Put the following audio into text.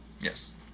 Yes